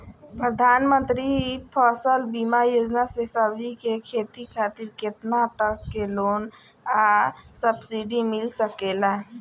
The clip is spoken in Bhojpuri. प्रधानमंत्री फसल बीमा योजना से सब्जी के खेती खातिर केतना तक के लोन आ सब्सिडी मिल सकेला?